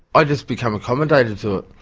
i just become accommodated to it.